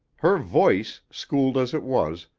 her voice, schooled as it was,